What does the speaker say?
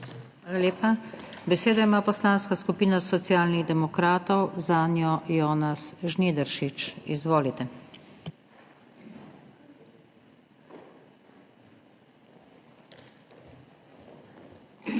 Hvala lepa. Besedo ima Poslanska skupina Socialnih demokratov, zanjo Jonas Žnidaršič. Izvolite. **JONAS